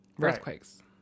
Earthquakes